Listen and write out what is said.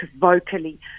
vocally